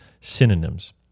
synonyms